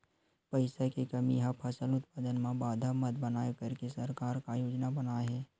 पईसा के कमी हा फसल उत्पादन मा बाधा मत बनाए करके सरकार का योजना बनाए हे?